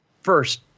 first